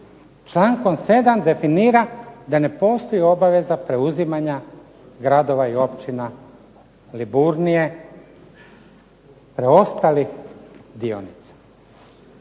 člankom 7. definira da ne postoji obaveza preuzimanja gradova i općina Liburnije, preostalih dionica.